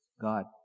God